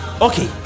Okay